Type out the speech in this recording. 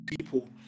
people